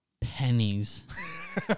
Pennies